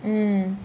mm